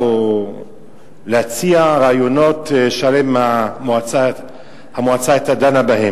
או זכות להציע רעיונות שעליהם המועצה היתה דנה.